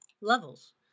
levels